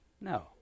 No